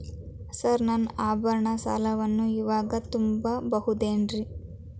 Sir ನನ್ನ ಆಭರಣ ಸಾಲವನ್ನು ಇವಾಗು ತುಂಬ ಬಹುದೇನ್ರಿ?